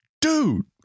dude